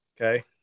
Okay